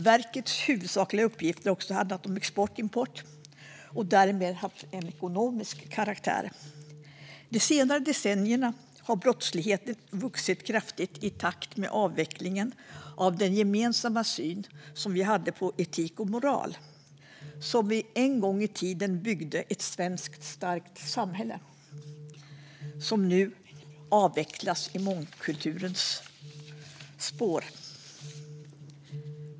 Verkets huvudsakliga uppgifter har handlat om export och import och har därmed haft en ekonomisk karaktär. Under de senare decennierna har brottsligheten vuxit kraftigt i takt med avvecklingen av att den gemensamma syn som vi haft på etik och moral. Det är något som vi en gång i tiden byggde ett svenskt starkt samhälle på. Den avvecklas nu i mångkulturens spår.